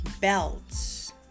belts